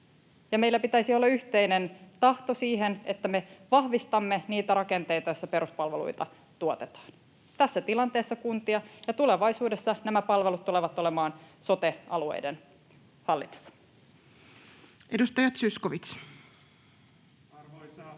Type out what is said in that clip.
meillä pitäisi olla yhteinen tahto siihen, että me vahvistamme niitä rakenteita, joissa peruspalveluita tuotetaan, tässä tilanteessa kuntia — tulevaisuudessa nämä palvelut tulevat olemaan sote-alueiden hallinnassa. Edustaja Zyskowicz. Arvoisa